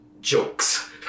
jokes